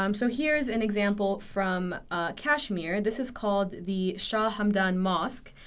um so here's an example from kashmir. this is called the shah hamdan mosque.